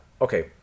okay